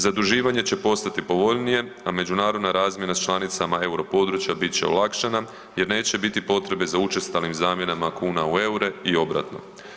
Zaduživanje će postati povoljnije, a međunarodna razmjena sa članicama euro područja bit će olakšana jer neće biti potrebe za učestalim zamjenama kuna u eure i obratno.